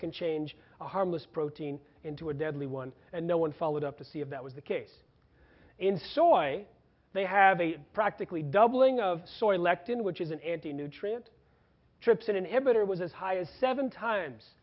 can change a harmless protein into a deadly one and no one followed up to see if that was the case in soybean they have a practically doubling of soy lectern which is an anti nutrient trips and an editor was as high as seven times